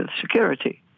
security